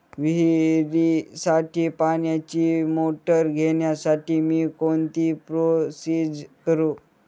विहिरीसाठी पाण्याची मोटर घेण्यासाठी मी कोणती प्रोसिजर करु?